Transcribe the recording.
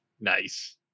Nice